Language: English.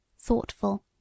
thoughtful